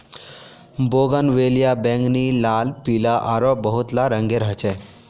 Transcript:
bougainvillea बैंगनी, लाल, पीला आरो बहुतला रंगेर ह छे